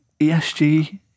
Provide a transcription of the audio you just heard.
ESG